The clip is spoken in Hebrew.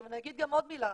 אני אגיד עוד מילה,